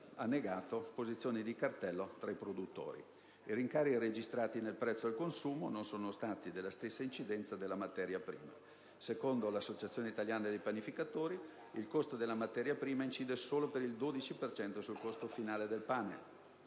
ha negato posizioni di cartello tra i produttori. I rincari registrati nel prezzo al consumo non sono stati della stessa incidenza della materia prima. Secondo l'Associazione italiana panificatori il costo della materia prima incide solo per il 12 per cento sul costo finale del pane,